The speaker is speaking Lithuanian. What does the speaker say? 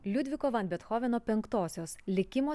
liudviko van bethoveno penktosios likimo